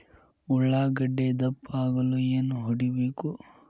ಉಳ್ಳಾಗಡ್ಡೆ ದಪ್ಪ ಆಗಲು ಏನು ಹೊಡಿಬೇಕು?